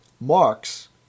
Marx